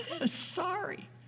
Sorry